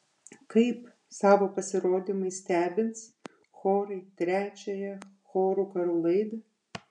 kaip savo pasirodymais stebins chorai trečiąją chorų karų laidą